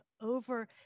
over